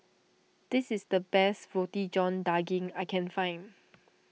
this is the best Roti John Daging that I can find